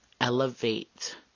Elevate